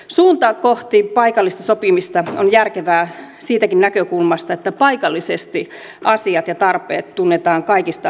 suunta kohti paikallista sopimista on järkevää siitäkin näkökulmasta että paikallisesti asiat ja tarpeet tunnetaan kaikista parhaiten